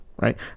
right